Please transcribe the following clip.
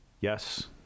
Yes